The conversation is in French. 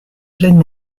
plein